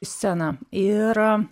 sceną ir